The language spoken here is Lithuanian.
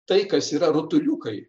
tai kas yra rutuliukai